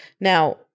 Now